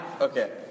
Okay